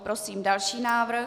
Prosím další návrh.